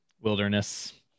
Wilderness